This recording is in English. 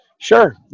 Sure